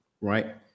right